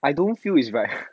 I don't feel is right